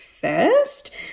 first